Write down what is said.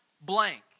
blank